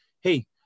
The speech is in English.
Hey